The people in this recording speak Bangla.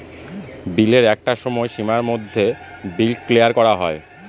বিলের একটা সময় সীমার মধ্যে বিল ক্লিয়ার করা হয়